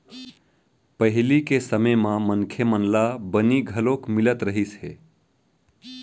पहिली के समे म मनखे मन ल बनी घलोक मिलत रहिस हे